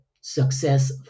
success